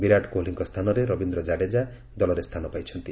ବିରାଟ କୋହଲିଙ୍କ ସ୍ଥାନରେ ରବିନ୍ଦ୍ର ଜାଡେଜା ଦଳରେ ଦଳରେ ସ୍ଥାନ ପାଇଛନ୍ତି